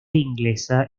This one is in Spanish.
inglesa